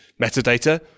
metadata